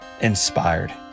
Inspired